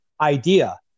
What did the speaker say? idea